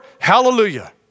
hallelujah